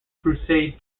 crusade